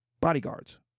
Bodyguards